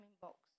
box